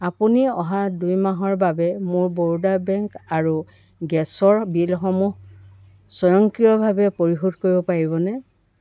আপুনি অহা দুই মাহৰ বাবে মোৰ বৰোদা বেংক আৰু গেছৰ বিলসমূহ স্বয়ংক্ৰিয়ভাৱে পৰিশোধ কৰিব পাৰিবনে